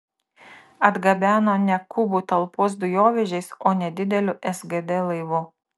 atgabeno ne kubų talpos dujovežiais o nedideliu sgd laivu